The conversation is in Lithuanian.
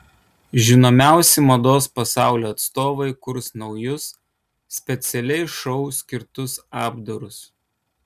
žinomiausi mados pasaulio atstovai kurs naujus specialiai šou skirtus apdarus